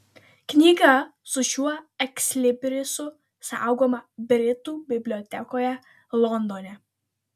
knyga su šiuo ekslibrisu saugoma britų bibliotekoje londone